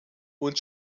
und